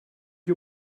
you